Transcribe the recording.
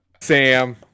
Sam